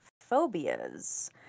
phobias